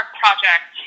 project